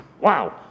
Wow